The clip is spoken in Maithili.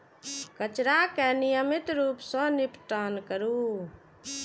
कचरा के नियमित रूप सं निपटान करू